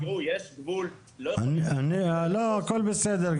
יש גבול --- הכול בסדר,